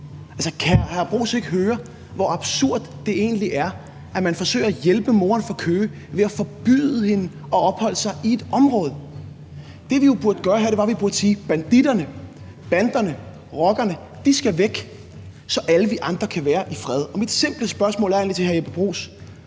hr. Jeppe Bruus ikke høre, hvor absurd det egentlig er, at man forsøger at hjælpe moren fra Køge ved at forbyde hende at opholde sig i et område? Det, vi burde gøre, var at sige: Banditterne, banderne og rockerne skal væk, så alle vi andre kan være i fred. Mit simple spørgsmål til hr. Jeppe Bruus